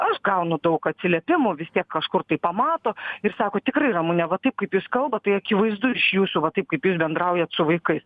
aš gaunu daug atsiliepimų vis tiek kažkur tai pamato ir sako tikrai ramu na va taip kaip jūs kalbat tai akivaizdų ir iš jūsų va taip kaip jūs bendraujat su vaikai